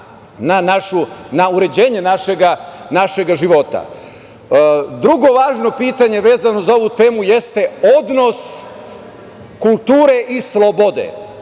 na uređenje našega života. Drugo važno pitanje, vezano za ovu temu jeste odnos kulture i slobode,